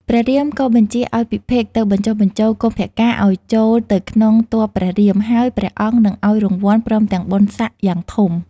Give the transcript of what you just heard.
ព្រះរាមក៏បញ្ជាឱ្យពិភេកទៅបញ្ចុះបញ្ចូលកុម្ពកាណ៍ឱ្យចូលទៅក្នុងទ័ពព្រះរាម ហើយ ព្រះអង្គនឹងឱ្យរង្វាន់ ព្រមទាំងបុណ្យសក្តិយ៉ាងធំ។